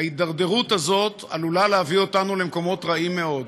ההידרדרות הזאת עלולה להביא אותנו למקומות רעים מאוד.